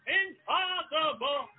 impossible